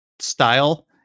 style